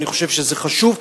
אני חושב שזה חשוב.